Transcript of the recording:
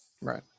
Right